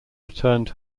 returned